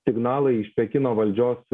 signalai iš pekino valdžios